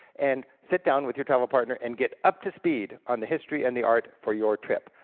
and sit down with your travel partner, and get up to speed on the history and the art for your trip.